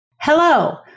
Hello